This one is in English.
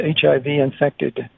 HIV-infected